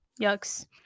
Yucks